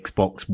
Xbox